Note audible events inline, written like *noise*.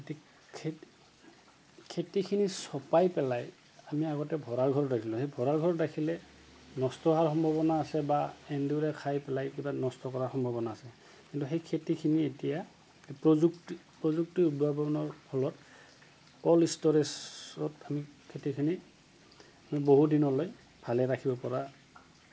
*unintelligible* খেতি খেতিখিনি চপাই পেলাই আমি আগতে ভঁৰাল ঘৰ ৰাখিলোঁ সেই ভঁৰাল ঘৰত ৰাখিলে নষ্ট হোৱাৰ সম্ভাৱনা আছে বা এন্দুৰে খাই পেলাই কিবা নষ্ট কৰাৰ সম্ভাৱনা আছে কিন্তু সেই খেতিখিনি এতিয়া প্ৰযুক্তি প্ৰযুক্তি উদ্ভাৱনৰ ফলত কল্ড ষ্টৰেজত আমি খেতিখিনি আমি বহু দিনলৈ ভালে ৰাখিব পৰা